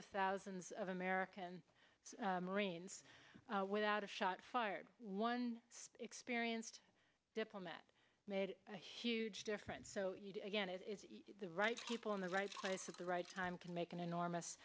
of thousands of american marines without a shot fired one experienced diplomat made a huge difference so again it is the right people in the right place of the right time can make an enormous